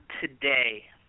today